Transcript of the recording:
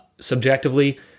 Subjectively